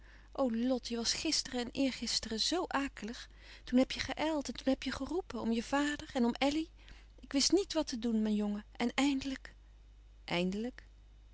lot je was gisteren en eergisteren zoo akelig toen heb je geijld en toen heb je geroepen om je vader en om elly ik wist niet wat te doen mijn jongen en eindelijk eindelijk